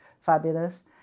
fabulous